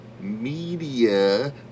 media